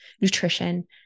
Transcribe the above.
nutrition